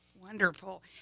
Wonderful